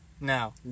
now